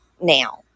now